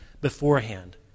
beforehand